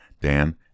Dan